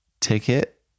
Ticket